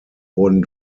wurden